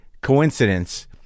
coincidence